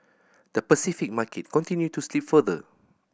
the Pacific market continued to slip further